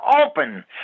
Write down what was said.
open